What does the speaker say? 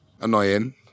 Annoying